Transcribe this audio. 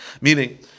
Meaning